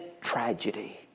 tragedy